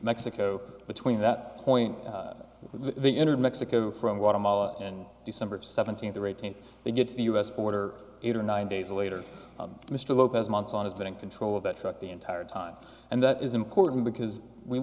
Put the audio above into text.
mexico between that point they entered mexico from guatemala and december seventeenth or eighteenth they get to the u s border eight or nine days later mr lopez months on has been in control of that truck the entire time and that is important because we